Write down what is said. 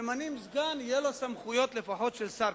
שממנים סגן, ויהיו לו סמכויות לפחות של שר.